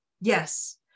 Yes